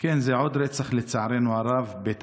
כן, לצערנו הרב זה עוד רצח.